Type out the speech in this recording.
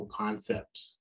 concepts